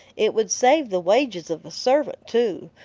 it would save the wages of a servant, too,